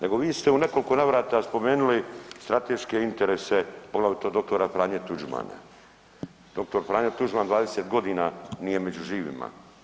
Nego vi ste u nekoliko navrata spomenuli strateške interese, poglavito dr. Franje Tuđmana, dr. Franjo Tuđman 20 godina nije među živima.